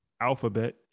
Alphabet